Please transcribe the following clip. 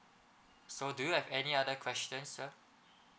so do you have any other question sir